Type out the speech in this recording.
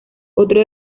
otro